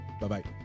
Bye-bye